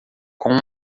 com